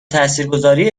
تاثیرگذاری